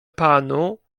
panu